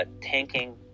tanking